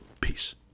Peace